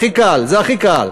הכי קל, זה הכי קל,